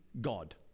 God